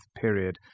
period